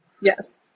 Yes